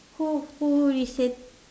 who who reset